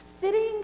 sitting